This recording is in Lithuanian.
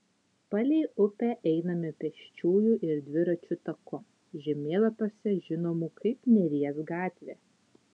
palei upę einame pėsčiųjų ir dviračių taku žemėlapiuose žinomų kaip neries gatvė